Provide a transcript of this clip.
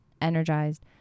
energized